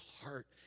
heart